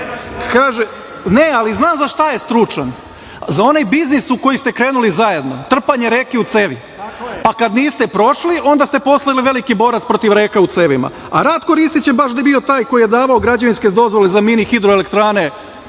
li za šta je stručan? Za onaj biznis u koji ste krenuli zajedno – trpanje reke u ceni, pa kada niste prošli onda ste postali veliki borac protiv reka u cevima, a Ratko Ristić je baš bio taj koji je davao građevinske dozvole za mini hidroelektrane